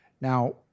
Now